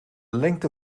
lengte